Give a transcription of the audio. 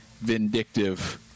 vindictive